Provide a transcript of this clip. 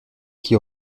qui